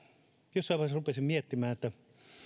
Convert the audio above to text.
jossain vaiheessa rupesin miettimään että